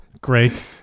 great